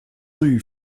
rue